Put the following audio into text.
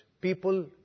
people